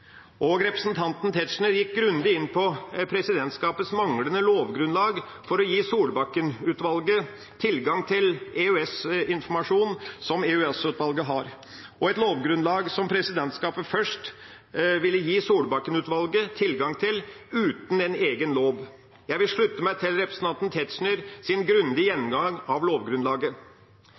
Representanten Tetzschner gikk grundig inn på presidentskapets manglende lovgrunnlag for å gi Solbakken-utvalget tilgang til EOS-informasjon som EOS-utvalget har, og et lovgrunnlag som presidentskapet først ville gi Solbakken-utvalget tilgang til uten en egen lov. Jeg vil slutte meg til representanten Tetzschners grundige gjennomgang av lovgrunnlaget.